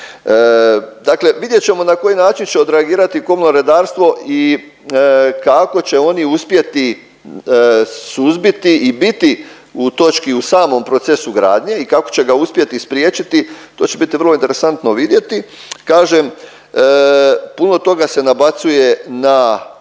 Dakle vidjet ćemo na koji način će odreagirati komunalno redarstvo i kako će oni uspjeti suzbiti i biti u točki u samom procesu gradnje i kako će ga uspjeti spriječiti, to će biti vrlo interesantno vidjeti. Kažem puno toga se nabacuje na